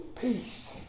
peace